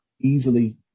easily